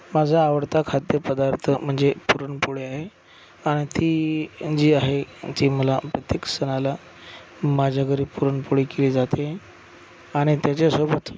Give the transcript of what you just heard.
माझा आवडता खाद्यपदार्थ म्हणजे पुरणपोळी आहे आण ती जी आहे ती मला प्रत्येक सणाला माझ्या घरी पुरणपोळी केली जाते आणि त्याच्यासोबत